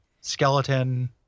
skeleton